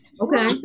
Okay